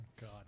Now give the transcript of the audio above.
God